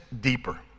deeper